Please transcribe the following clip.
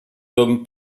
tomes